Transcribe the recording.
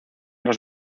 los